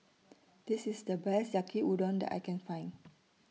This IS The Best Yaki Udon that I Can Find